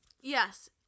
Yes